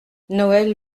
noël